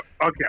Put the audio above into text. Okay